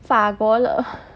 法国了